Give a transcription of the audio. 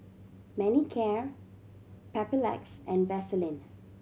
Manicare Papulex and Vaselin